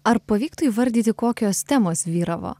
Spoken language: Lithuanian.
ar pavyktų įvardyti kokios temos vyravo